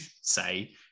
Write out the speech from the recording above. say